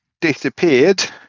disappeared